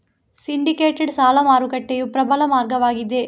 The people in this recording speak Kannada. ಸಿಂಡಿಕೇಟೆಡ್ ಸಾಲ ಮಾರುಕಟ್ಟೆಯು ಪ್ರಬಲ ಮಾರ್ಗವಾಗಿದೆ